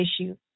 issue